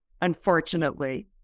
unfortunately